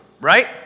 right